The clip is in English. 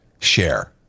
share